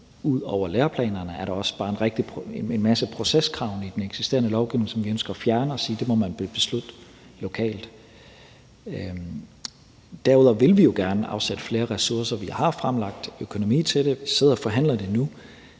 Ud over læreplanerne er der også bare en masse proceskrav i den eksisterende lovgivning, som vi ønsker at fjerne og sige man må beslutte lokalt. Derudover vil vi jo gerne afsætte flere ressourcer. Vi har fremlagt økonomi til det, og vi sidder og forhandler det nu,